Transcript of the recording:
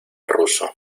ruso